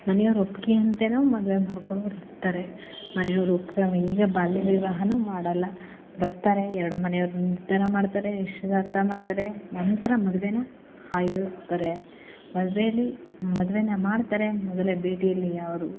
ಮನೆಯವ್ರ ಒಪ್ಪಿಗೆ ಅಂತೇನು ಮದುವೆ ಮಾಡ್ಕೊಳ್ಳೋರು ಇರ್ತಾರೆ ಮನೆಯವ್ರು ಒಪ್ಪಿ ಈಗ ಬಾಲ್ಯ ವಿವಾಹ ಮಾಡಲ್ಲ ಬರ್ತಾರೆ ಎರ್ಡು ಮನೆಯವ್ರು ನಿರ್ಧಾರ ಮಾಡ್ತಾರೆ ನಿಶ್ಚಿತಾರ್ಥ ಮಾಡ್ತಾರೆ ನಂತರ ಮದ್ವೆನ ಆಯೋಜಿಸ್ತಾರೆ ಮದ್ವೆಯಲ್ಲಿ ಮದುವೆನ ಮಾಡ್ತಾರೆ ಮೊದಲ ಭೇಟಿಯಲ್ಲಿ ಅವರು